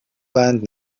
بند